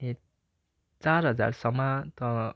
ए चार हजारसम्म त